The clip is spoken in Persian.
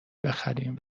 بخریم